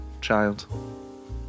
child